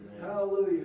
Hallelujah